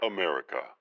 America